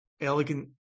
elegant